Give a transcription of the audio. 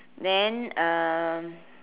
then uh